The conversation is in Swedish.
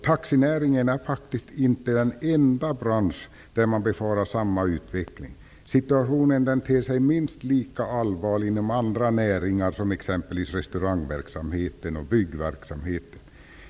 Taxinäringen är inte den enda bransch där man befarar samma utveckling. Situationen ter sig minst lika allvarlig inom andra näringar, som restaurangverksamheten och byggverksamheten.